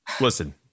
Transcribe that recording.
listen